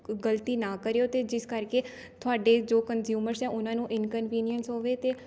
ਗ਼ਲਤੀ ਨਾ ਕਰਿਉ ਅਤੇ ਜਿਸ ਕਰਕੇ ਤੁਹਾਡੇ ਜੋ ਕਨਜਿਊਮਰਸ ਹੈ ਉਹਨਾਂ ਨੂੰ ਇੰਨਕਨਵੀਨੀਐਂਸ ਹੋਵੇ ਅਤੇ